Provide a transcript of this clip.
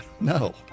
No